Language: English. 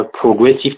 progressive